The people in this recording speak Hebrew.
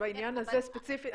בעניין הזה ספציפית.